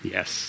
Yes